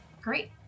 Great